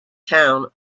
town